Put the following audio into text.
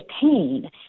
pain